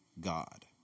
God